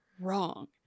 Wrong